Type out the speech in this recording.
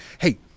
Hey